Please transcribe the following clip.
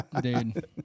Dude